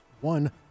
One